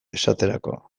esaterako